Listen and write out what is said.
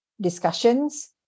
discussions